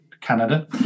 Canada